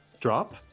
Drop